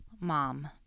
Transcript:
mom